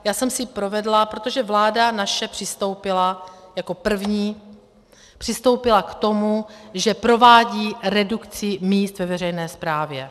Já jsem si provedla protože vláda naše přistoupila jako první, přistoupila k tomu, že provádí redukci míst ve veřejné správě.